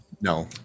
No